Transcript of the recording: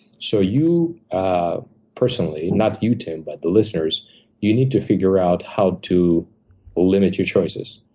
so you personally not you, tim, but the listeners you need to figure out how to limit your choices.